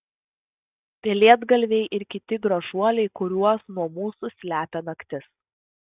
pelėdgalviai ir kiti gražuoliai kuriuos nuo mūsų slepia naktis